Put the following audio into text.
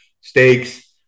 steaks